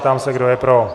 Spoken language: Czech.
Ptám se, kdo je pro.